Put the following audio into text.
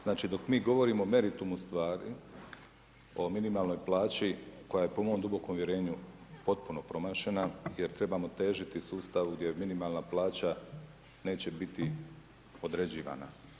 Znači dok mi govorimo o meritumu stvari, o minimalnoj plaći koja je po mom dubokom uvjerenju potpuno promašena jer trebamo težiti sustavu gdje je minimalna plaća neće biti određivana.